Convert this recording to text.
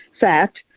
fact